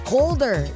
Colder